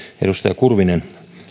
edustaja kurvinen